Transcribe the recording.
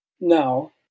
now